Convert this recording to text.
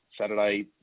Saturday